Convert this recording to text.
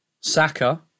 Saka